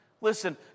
Listen